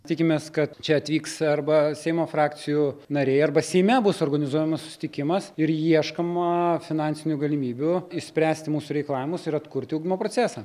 tikimės kad čia atvyks arba seimo frakcijų nariai arba seime bus organizuojamas susitikimas ir ieškoma finansinių galimybių išspręsti mūsų reikalavimus ir atkurti ugdymo procesą